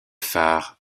phares